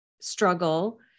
struggle